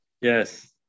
Yes